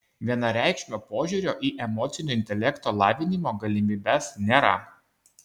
vienareikšmio požiūrio į emocinio intelekto lavinimo galimybes nėra